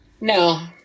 No